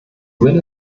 wenn